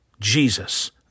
Jesus